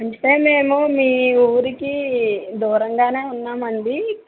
అంటే మేము మీ ఊరికి దూరంగా ఉన్నాం అండి